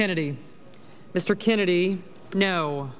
kennedy mr kennedy no